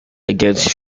against